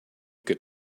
can